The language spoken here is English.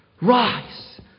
Rise